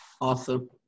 Awesome